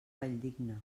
valldigna